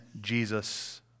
Jesus